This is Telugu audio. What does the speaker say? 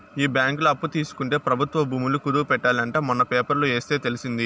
ఈ బ్యాంకులో అప్పు తీసుకుంటే ప్రభుత్వ భూములు కుదవ పెట్టాలి అంట మొన్న పేపర్లో ఎస్తే తెలిసింది